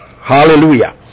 hallelujah